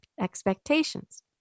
expectations